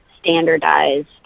standardized